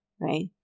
right